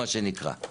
מה שנקרא.